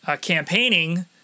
campaigning